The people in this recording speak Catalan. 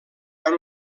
han